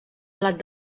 blat